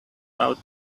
out